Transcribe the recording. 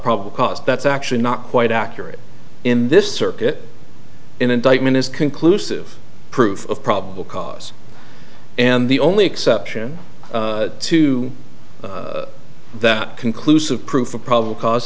probable cause that's actually not quite accurate in this circuit indictment is conclusive proof of probable cause and the only exception to that conclusive proof of probable cause